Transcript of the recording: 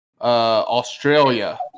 Australia